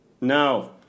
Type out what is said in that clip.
No